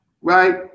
right